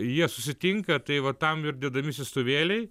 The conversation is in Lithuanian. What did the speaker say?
jie susitinka tai va tam ir dedami siųstuvėliai